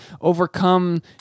overcome